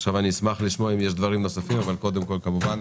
חברת